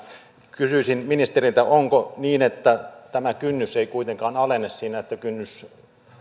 kysyisin ministeriltä onko niin että tämä kynnys ei kuitenkaan alene siinä että kynnys